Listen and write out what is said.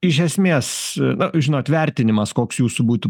iš esmės na žinot vertinimas koks jūsų būtų